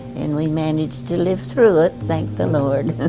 and we managed to live through it. thank the lord.